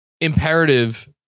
imperative